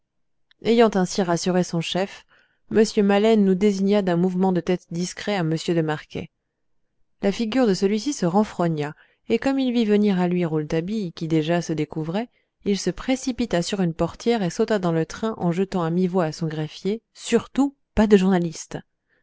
ayant ainsi rassuré son chef m maleine nous désigna d'un mouvement de tête discret à m de marquet la figure de celui-ci se renfrogna et comme il vit venir à lui rouletabille qui déjà se découvrait il se précipita sur une portière et sauta dans le train en jetant à mi-voix à son greffier surtout pas de journalistes